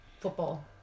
football